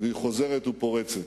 והיא חוזרת ופורצת.